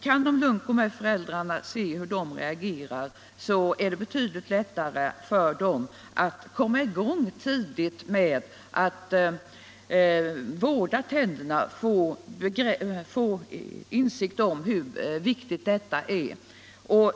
Om de lugnt kan gå med föräldrarna och se hur de reagerar kan det bli betyvdligt lättare för dem att tidigt komma i gång med att vårda tänderna och få insikt om hur viktigt detta är.